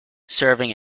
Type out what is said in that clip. serving